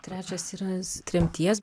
trečias yra tremties